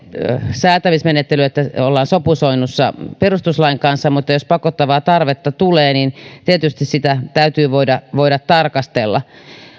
säätämismenettely jossa ollaan sopusoinnussa perustuslain kanssa mutta jos pakottavaa tarvetta tulee niin tietysti sitä täytyy voida voida tarkastella